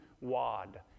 Wad